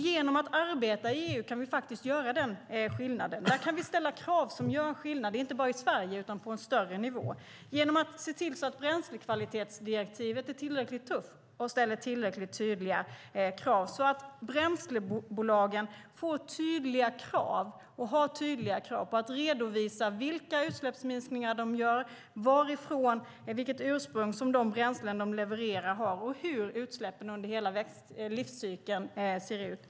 Genom att arbeta i EU kan vi faktiskt göra den skillnaden. Där kan vi ställa krav som gör skillnad, inte bara i Sverige utan på en högre nivå. Vi kan göra skillnad genom att se till att bränslekvalitetsdirektivet är tillräckligt tufft och ställer tillräckligt tydliga krav på bränslebolagen att redovisa vilka utsläppsminskningar de gör, vilket ursprung som de bränslen de levererar har och hur utsläppen ser ut under hela livscykeln.